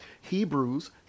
hebrews